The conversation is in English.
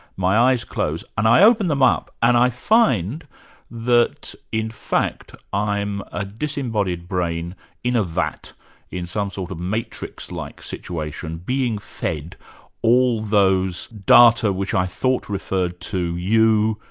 my eyes close, and i open them up and i find that in fact i'm a disembodied brain in a vat in some sort of matrix-like situation, being fed all those data which i thought referred to you,